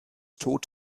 tod